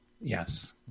Yes